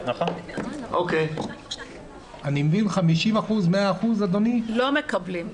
אני מבין ש-50% מהילדים לא מקבלים.